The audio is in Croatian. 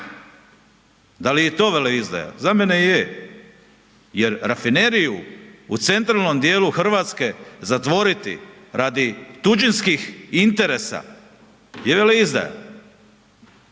Da li je i to veleizdaja? Za mene je. Jer rafineriju u centralnom dijelu Hrvatske zatvoriti radi tuđinskih interesa je veleizdaja.